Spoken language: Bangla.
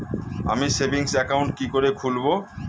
আমি সেভিংস অ্যাকাউন্ট কি করে খুলব?